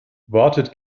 wartet